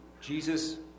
Jesus